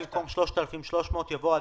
של הרשימה המשותפת,